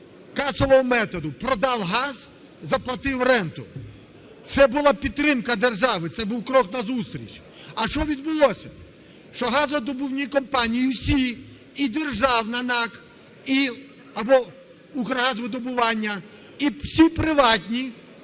касового методу: продав газ – заплатив ренту. Це була підтримка держави, це був крок назустріч. А що відбулося? Що газодобувні компанії усі: і державна НАК, або Укргазвидобування, і всі приватні